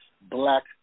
black